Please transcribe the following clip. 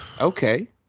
Okay